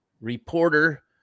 reporter